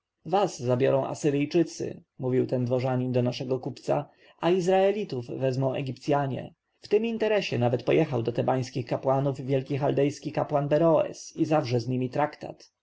was zabiorą asyryjczycy mówił ten dworzanin do naszego kupca a izraelitów wezmą egipcjanie w tym interesie nawet pojechał do tebańskich kapłanów wielki chaldejski kapłan beroes i zawrze z nimi traktat